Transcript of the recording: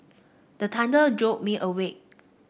the thunder jolt me awake